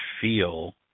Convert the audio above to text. feel